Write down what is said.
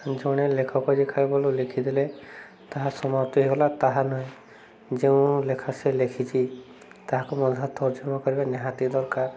ଜଣେ ଲେଖକ ଲେଖିଦେଲେ ତାହା ସମାପ୍ତ ହେଲା ତାହା ନୁହଁ ଯେଉଁ ଲେଖା ସେ ଲେଖିଛି ତାହାକୁ ମଧ୍ୟ ତର୍ଜମା କରିବା ନିହାତି ଦରକାର